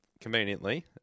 conveniently